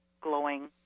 glowing